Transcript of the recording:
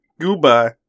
Goodbye